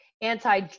anti